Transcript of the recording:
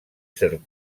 cert